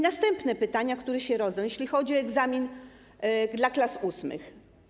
Następne pytania, które się rodzą, jeśli chodzi o egzamin dla klas VIII.